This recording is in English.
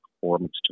performance